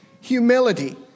humility